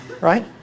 right